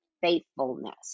faithfulness